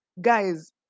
Guys